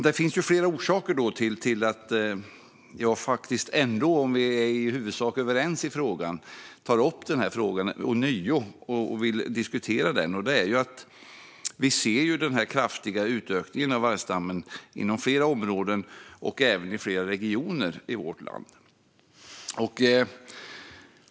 Det finns flera orsaker till att jag ändå, även om vi i huvudsak är överens, tar upp denna fråga ånyo och vill diskutera den. Vi ser ju den kraftiga ökningen av vargstammen i flera områden och flera regioner i vårt land.